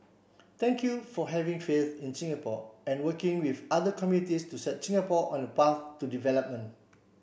thank you for having faith in Singapore and working with other communities to set Singapore on a path to development